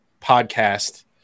podcast